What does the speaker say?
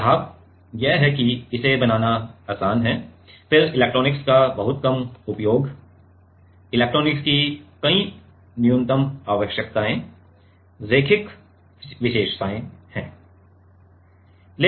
लाभ यह होगा कि इसे बनाना आसान है फिर इलेक्ट्रॉनिक्स का बहुत कम उपयोग इलेक्ट्रॉनिक्स की कई न्यूनतम आवश्यकता रैखिक विशेषताएं है